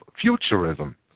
futurism